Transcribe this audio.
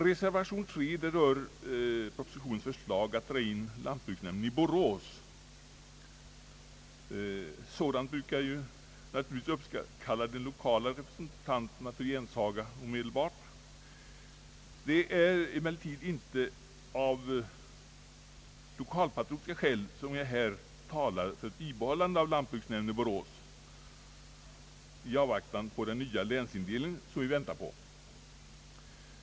Reservation nr 3 rör propositionens förslag att dra in lantbruksnämnden i Borås. Sådant brukar naturligtvis uppkalla de lokala representanterna till gensagor. Det är emellertid inte av lokalpatriotiska skäl som jag här talar för ett bibehållande av lantbruksnämnden i Borås i avvaktan på den nya länsindelning som vi väntar på.